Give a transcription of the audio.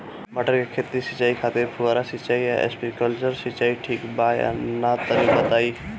मटर के खेती के सिचाई खातिर फुहारा सिंचाई या स्प्रिंकलर सिंचाई ठीक बा या ना तनि बताई?